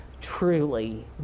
truly